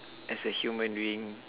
as a human being